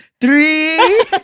Three